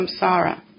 samsara